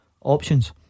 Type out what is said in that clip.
options